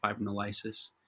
fibrinolysis